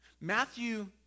Matthew